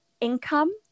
income